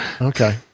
Okay